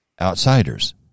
outsiders